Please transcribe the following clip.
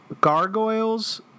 gargoyles